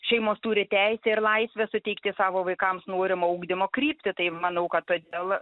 šeimos turi teisę ir laisvę suteikti savo vaikams norimą ugdymo kryptį tai manau kad todėl